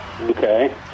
Okay